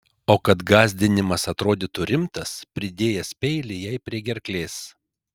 o kad gąsdinimas atrodytų rimtas pridėjęs peilį jai prie gerklės